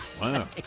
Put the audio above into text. Wow